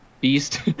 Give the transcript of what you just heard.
Beast